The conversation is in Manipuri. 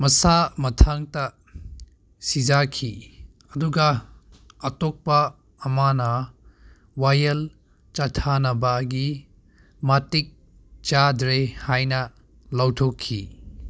ꯃꯁꯥ ꯃꯊꯟꯇ ꯁꯤꯖꯈꯤ ꯑꯗꯨꯒ ꯑꯇꯣꯞꯄ ꯑꯃꯅ ꯋꯥꯌꯦꯜ ꯆꯠꯊꯅꯕꯒꯤ ꯃꯇꯤꯛ ꯆꯥꯗ꯭ꯔꯦ ꯍꯥꯏꯅ ꯂꯥꯎꯊꯣꯛꯈꯤ